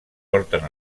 porten